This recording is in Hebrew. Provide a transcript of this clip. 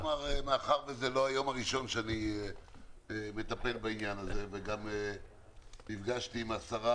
מאחר שזה לא היום הראשון שאני מטפל בעניין הזה וגם נפגשתי עם השרה